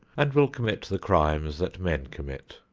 and will commit the crimes that men commit,